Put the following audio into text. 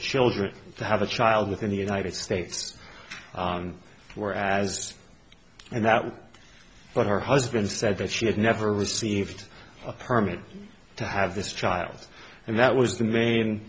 children to have a child within the united states where as and that was what her husband said that she had never received a permit to have this child and that was the main